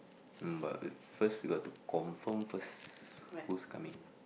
mm but first we got to confirm first who's coming